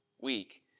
week